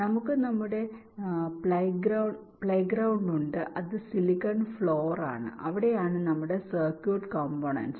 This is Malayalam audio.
നമുക്ക് നമ്മുടെ പ്ലൈഗ്രൌണ്ട ഉണ്ട് അത് സിലിക്കൺ ഫ്ലോർ ആണ് അവിടെയാണ് നമ്മുടെ സർക്യൂട്ട് കോംപോണേന്റ്സ്